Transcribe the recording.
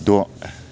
द